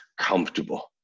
comfortable